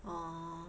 orh